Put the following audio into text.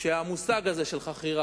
בג"ץ שהמושג הזה של חכירה,